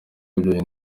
byonyine